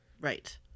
Right